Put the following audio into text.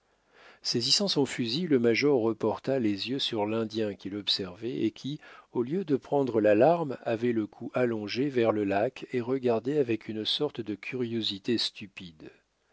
saisissant son fusil le major reporta les yeux sur l'indien qu'il observait et qui au lieu de prendre l'alarme avait le cou allongé vers le lac et regardait avec une sorte de curiosité stupide